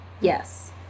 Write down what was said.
Yes